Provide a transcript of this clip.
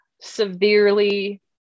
severely